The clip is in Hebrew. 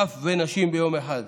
טף ונשים ביום אחד.